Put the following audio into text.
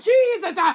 Jesus